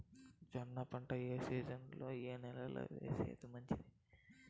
జొన్న పంట ఏ సీజన్లో, ఏ నెల లో వేస్తే మంచిది?